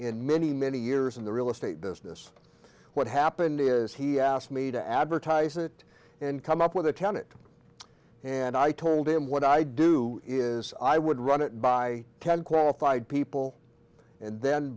in many many years in the real estate business what happened is he asked me to advertise it and come up with a tenet and i told him what i do is i would run it by ten qualified people and then